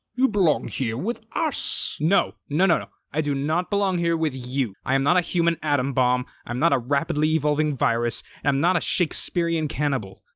you belong here with us! no, no no no! i do not belong here with you! i am not a human atom bomb, i'm not a rapidly evolving virus, and i'm not a shakespearean cannibal!